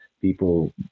people